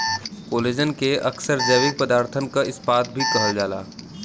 collagen के अक्सर जैविक पदारथन क इस्पात भी कहल जाला